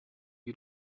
you